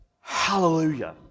Hallelujah